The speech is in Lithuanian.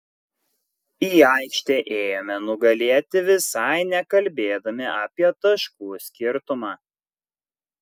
į aikštę ėjome nugalėti visai nekalbėdami apie taškų skirtumą